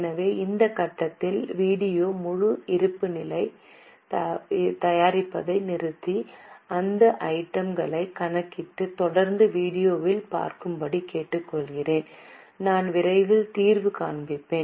எனவே இந்த கட்டத்தில் வீடியோ முழு இருப்புநிலையைத் தயாரிப்பதை நிறுத்தி இந்த ஐட்டம் களைக் கணக்கிட்டு தொடர்ந்து வீடியோவில் பார்க்கும்படி கேட்டுக்கொள்கிறேன் நான் விரைவில் தீர்வு காண்பிப்பேன்